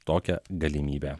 tokią galimybę